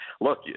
look